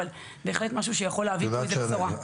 אבל בהחלט משהו שיכול להביא בשורה.